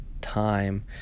time